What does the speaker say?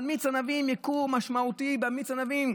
על מיץ ענבים, ייקור משמעותי במיץ ענבים.